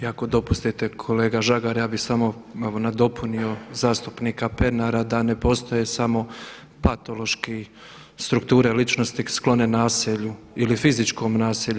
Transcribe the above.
I ako dopustite kolega Žagar ja bi samo nadopunio zastupnika Pernara da ne postoje samo patološki strukture ličnosti sklone nasilju ili fizičkom nasilju.